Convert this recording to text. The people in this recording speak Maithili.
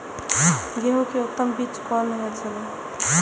गेंहू के उत्तम बीज कोन होय छे?